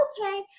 okay